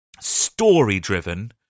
story-driven